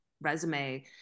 resume